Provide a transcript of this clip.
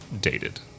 dated